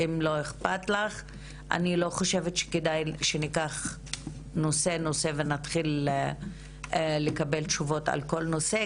אני לא חושבת שכדאי שניקח נושא-נושא ונתחיל לקבל תשובות על כל נושא,